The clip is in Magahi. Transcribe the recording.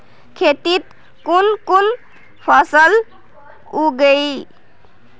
खेतीत कुन कुन फसल उगेई?